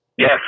Yes